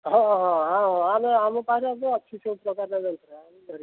ହଁ ହଁ ହେଉ ହେଉ ଆମେ ଆମେ ତା'ହେଲେ ଆମ ପାଖରେ ବି ଅଛି ସେହି ପ୍ରକାର ଯନ୍ତ୍ର ଆମେ ଧରିକି